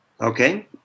Okay